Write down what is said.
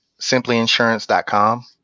simplyinsurance.com